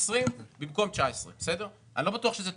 2020 במקום 2019. אני לא בטוח שזה טוב.